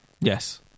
Yes